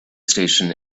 station